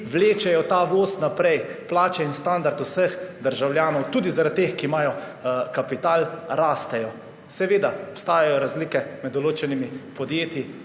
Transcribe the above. vlečejo ta voz naprej, plače in standard vseh državljanov tudi zaradi teh, ki imajo kapital, rastejo. Seveda obstajajo razlike med določenimi podjetji,